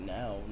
now